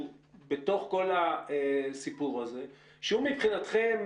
בתוך כל הסיפור הזה שהוא מבחינתכם,